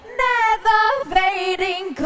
never-fading